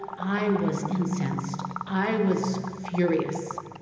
i was incensed. i was furious.